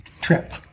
trip